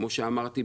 כמו שאמרתי,